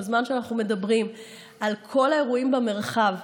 בזמן שאנחנו מדברים על כל האירועים במרחב,